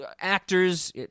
actors